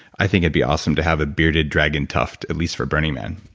i think it'd be awesome to have a bearded dragon tuft at least for burning man.